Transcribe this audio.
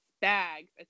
bags